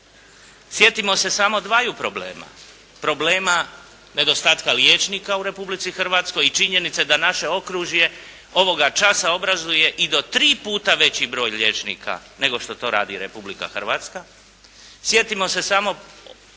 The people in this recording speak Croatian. Sjetimo se samo dvaju problema, problema nedostatka liječnika u Republici Hrvatskoj i činjenici da naše okružje ovoga časa obrazuje i do tri puta veći broj liječnika nego što to radi Republika Hrvatska.